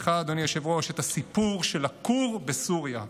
לך, אדוני היושב-ראש, את הסיפור של הכור בסוריה.